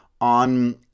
on